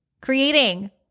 creating